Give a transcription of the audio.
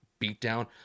beatdown